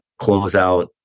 closeout